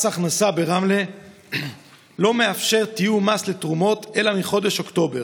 מס הכנסה ברמלה לא מאפשר תיאום מס לתרומות אלא מחודש אוקטובר.